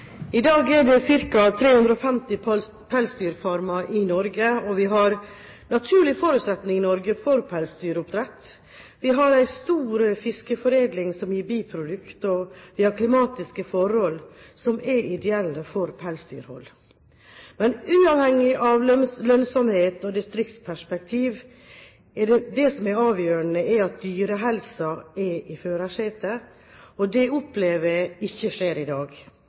det ca. 350 pelsdyrfarmer i Norge. Vi har naturlige forutsetninger for pelsdyroppdrett i Norge. Vi har en stor fiskeforedlingsvirksomhet som gir biprodukter, og vi har klimatiske forhold som er ideelle for pelsdyrhold. Men uavhengig av lønnsomhet og distriktsperspektiv er det avgjørende at dyrehelsen er i førersetet, og det opplever jeg ikke skjer i dag.